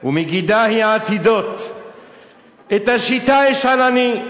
/ ומגידה היא עתידות./ את השיטה אשאל אני: